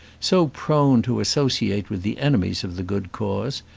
so prone to associate with the enemies of the good cause,